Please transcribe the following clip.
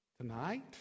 Tonight